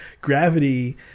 Gravity